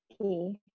Okay